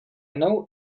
know